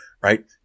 right